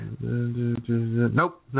Nope